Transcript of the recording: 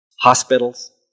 hospitals